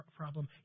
problem